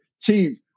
Chief